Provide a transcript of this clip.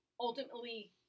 ultimately